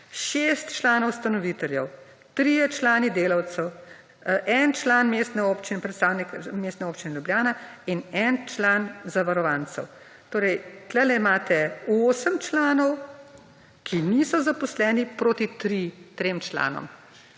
6 članov ustanoviteljev, 3 člani delavcev, 1 član predstavnik Mestne občine Ljubljana in 1 član zavarovancev. Torej tukaj imate 8 članov, ki niso zaposleni proti 3 članom.